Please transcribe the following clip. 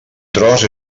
tros